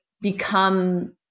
become